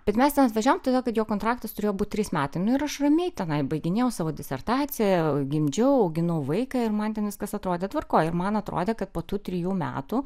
bet mes ten atvažiavom todėl kad jo kontraktas turėjo būti trys metai nu ir aš ramiai tenai baiginėjau savo disertaciją gimdžiau auginau vaiką ir man ten viskas atrodė tvarkoj ir man atrodė kad po tų trijų metų